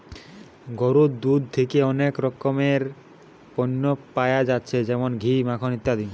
গরুর দুধ থিকে আরো অনেক রকমের পণ্য পায়া যাচ্ছে যেমন ঘি, মাখন ইত্যাদি